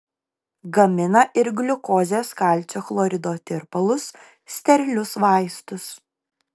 gamina ir gliukozės kalcio chlorido tirpalus sterilius vaistus